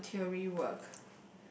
voluntery work